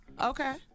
Okay